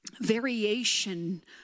variation